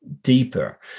deeper